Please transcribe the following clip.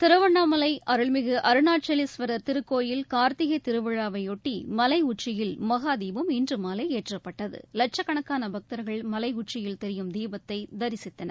திருவண்ணாமலை அருள்மிகு அருணாச்சலேஸ்வர் திருக்கோவில் கார்த்திகை திருவிழாவைபொட்டி மலை உச்சியில் மகா தீபம் இன்று மாலை ஏற்றப்பட்டது இலட்சக்கணக்கான பக்கதர்கள் மலை உச்சியில் தெரியும் தீபத்தை தரிசத்தனர்